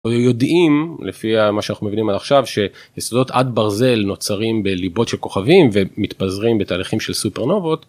יודעים, לפי מה שאנחנו מבינים עד עכשיו שיסודות עד ברזל נוצרים בליבות של כוכבים ומתפזרים בתהליכים של סופרנובות.